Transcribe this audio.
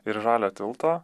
ir žaliojo tilto